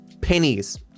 pennies